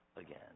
again